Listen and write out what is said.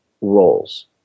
roles